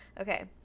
Okay